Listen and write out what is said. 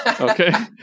Okay